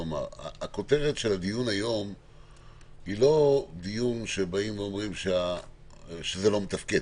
הכותרת של הדיון היום היא לא שאומרים שזה לא מתפקד.